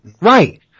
Right